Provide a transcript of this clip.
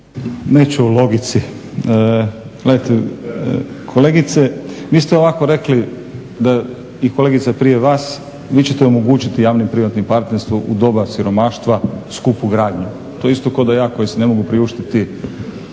Neću o logici. Gledajte kolegice vi ste ovako rekli da, i kolegica prije vas, vi ćete omogućiti javno-privatno partnerstvo u doba siromaštva skupu gradnju, to je isto kao da ja koji si ne mogu priuštiti